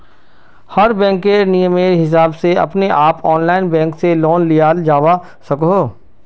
हर बैंकेर नियमेर हिसाब से अपने आप ऑनलाइन बैंक से लोन लियाल जावा सकोह